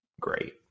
great